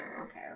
okay